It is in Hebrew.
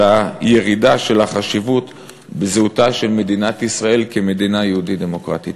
ירידת החשיבות של זהותה של מדינת ישראל כמדינה יהודית-דמוקרטית.